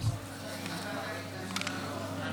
בקצרה ככל הניתן.